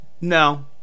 no